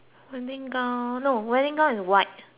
oh no wedding gown is white